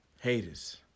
Haters